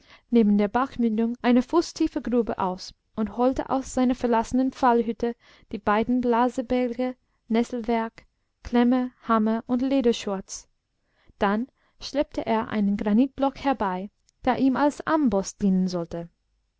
neben der bachmündung eine fußtiefe grube aus und holte aus seiner verlassenen pfahlhütte die beiden blasebälge nesselwerg klemme hammer und lederschurz dann schleppte er einen granitblock herbei der ihm als amboß dienen sollte